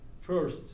First